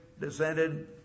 descended